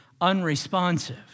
unresponsive